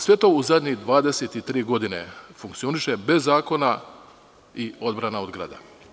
Sve to u zadnje 23 godine funkcioniše bez zakona, i odbrana od grada.